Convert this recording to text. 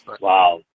Wow